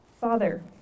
Father